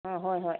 ꯑꯥ ꯍꯣꯏ ꯍꯣꯏ